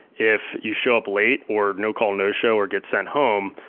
if you show up late or no call, no show, or get sent home,